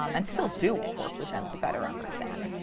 um and still do work with them to better understand,